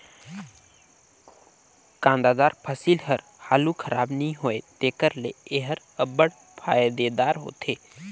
कांदादार फसिल हर हालु खराब नी होए तेकर ले एहर अब्बड़ फएदादार होथे